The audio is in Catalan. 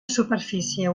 superfície